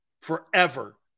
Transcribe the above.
forever